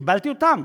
קיבלתי אותן?